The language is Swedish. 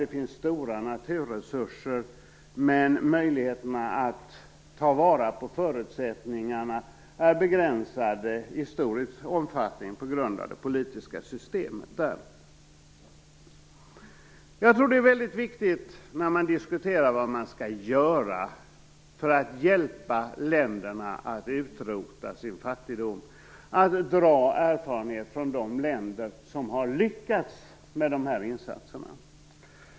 Det finns stora naturresurser, men möjligheterna att ta vara på förutsättningarna är i stor omfattning begränsade på grund av det politiska systemet. När man diskuterar vad man skall göra för att hjälpa länderna att utrota sin fattigdom, tror jag det är viktigt att man drar erfarenhet från de länder som lyckats med dessa insatser.